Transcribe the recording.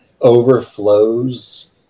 overflows